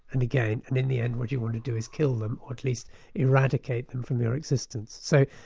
and again, and in the end what you want to do is kill them or at least eradicate them from your existence. so,